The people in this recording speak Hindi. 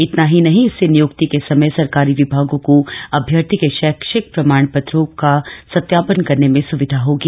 इतना ही नहीं इससे निय्क्ति के समय सरकारी विभागों को अभ्यर्थी के शैक्षिक प्रमाणपत्रों का सत्यापन करने में सुविधा होगी